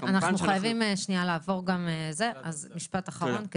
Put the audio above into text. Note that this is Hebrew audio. אוקי, אנחנו חייבים שנייה לעבור, אז משפט אחרון.